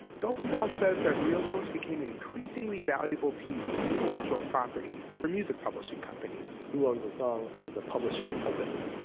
gopinath says that real tones became an increasingly valuable piece of intellectual property for music publishing companies who owns the song is the publishing company.